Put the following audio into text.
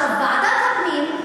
ועדת הפנים,